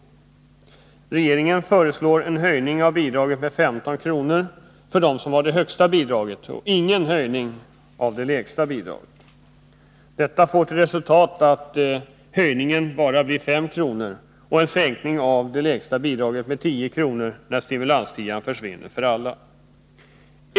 Regeringen föreslår en höjning av bidraget med 15 kr., för de som har det högsta bidraget och ingen höjning av det lägsta bidraget. Detta får till resultat att höjningen bara blir 5 kr. och en sänkning av det lägsta bidraget med 10 kr. när stimulanstian försvinner för alla.